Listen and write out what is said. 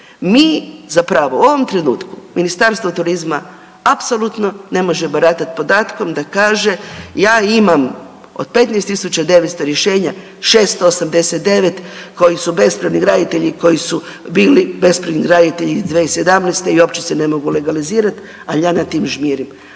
Mi zapravo u ovom trenutku Ministarstvo turizma apsolutno ne množe baratat podatkom da kaže ja imam od 15.900 rješenja 689 koji su bespravni graditelji, koji su bili bespravni graditelji i 2017. i uopće se ne mogu legalizirati, ali ja nad tim žmirim,